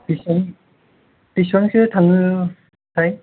बिसिबां बिसिबांसो थाङो थाय